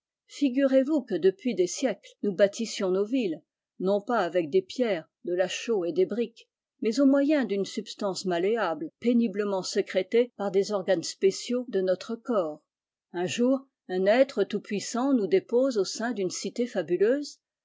figurez-vous que depuis des siècles nous bâtissions nos villes non pas avec pierres de la chaux et des briques mais au f en d'une substance malléable péniblement tée par des organes spéciaux de notre corps un jour un être tout-puissant nous dépose au sein d'une cité fabuleuse